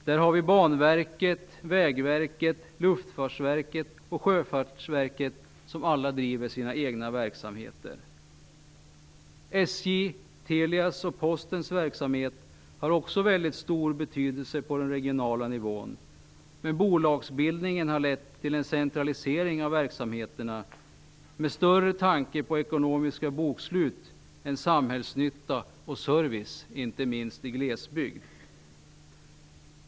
Där har vi Banverket, Vägverket, Luftfartsverket och Sjöfartsverket som alla driver sina egna verksamheter. SJ:s, Telias och Postens verksamheter har också mycket stor betydelse på den regionala nivån. Men bolagsbildningen har lett till en centralisering av verksamheterna med större tanke på ekonomiska bokslut än samhällsnytta och service, inte minst i glesbygd.